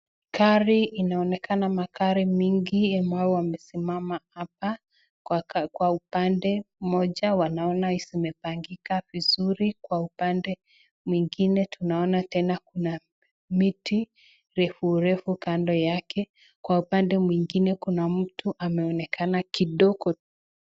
Gari inaonekana magari mingi ambayo imesimama hapa, kwa upande mmoja naona zimepangika vizuri, kwa upande mwingine tunaona tena kuna miti refu refu kando yake. Kwa upande mwingine kuna mtu ameonekana kidogo tu.